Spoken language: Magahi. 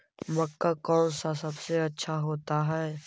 मक्का कौन सा सबसे अच्छा होता है?